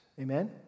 Amen